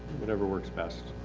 whatever works best.